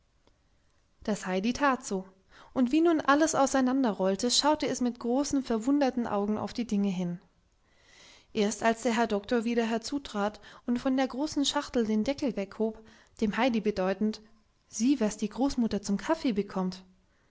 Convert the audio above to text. das heidi tat so und wie nun alles auseinanderrollte schaute es mit großen verwunderten augen auf die dinge hin erst als der herr doktor wieder herzutrat und von der großen schachtel den deckel weghob dem heidi bedeutend sieh was die großmutter zum kaffee bekommt